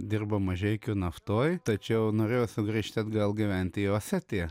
dirbo mažeikių naftoj tačiau norėjo sugrįžti atgal gyventi į osetiją